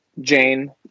jane